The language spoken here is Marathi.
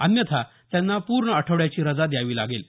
अन्यथा त्यांना पूर्ण आठवड्याची रजा द्यावी लागेल